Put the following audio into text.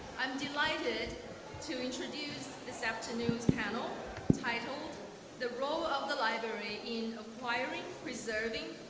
i'm delighted to introduce this afternoon's panel titled the role of the library in acquiring, preserving,